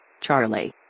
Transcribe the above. Charlie